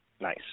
Nice